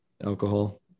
alcohol